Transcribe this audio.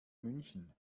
münchen